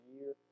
year